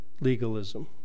legalism